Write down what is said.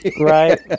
right